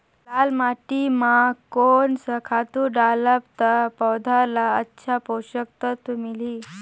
लाल माटी मां कोन सा खातु डालब ता पौध ला अच्छा पोषक तत्व मिलही?